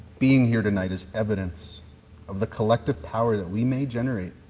being here tonight is evidence of the collective power that we may generate